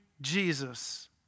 Jesus